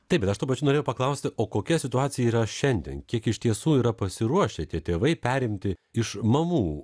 taip ir aš tuo pačiu norėjau paklausti o kokia situacija yra šiandien kiek iš tiesų yra pasiruošę tie tėvai perimti iš mamų